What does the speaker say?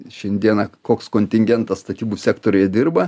šiandieną koks kontingentas statybų sektoriuje dirba